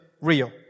real